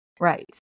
Right